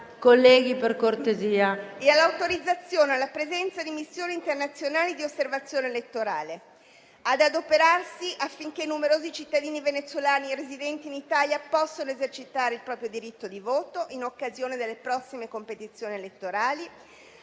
colleghi per cortesia